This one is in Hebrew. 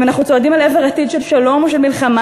אם אנחנו צועדים אל עבר עתיד של שלום או של מלחמה,